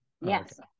yes